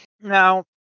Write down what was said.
Now